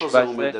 איפה זה עומד היום?